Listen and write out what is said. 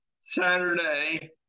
Saturday